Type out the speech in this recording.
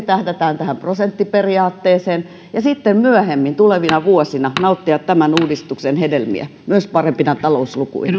tähdätään tähän prosenttiperiaatteeseen ja sitten myöhemmin tulevina vuosina nauttia tämän uudistuksen hedelmiä myös parempina talouslukuina